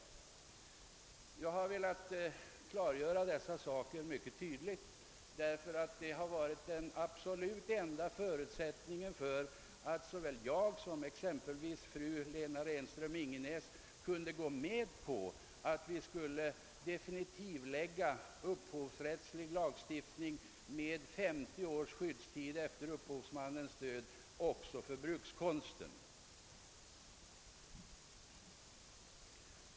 Jag har velat klargöra dessa saker därför att det har varit den absolut enda förutsättningen för att såväl jag som exempelvis fru Lena Renström Ingenäs kunde gå med på att göra upphovsrättslig lagstiftning definitiv med 50 års skyddstid efter upphovsmannens död också för brukskonsten.